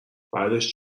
بعدش